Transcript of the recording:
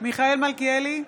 מיכאל מלכיאלי,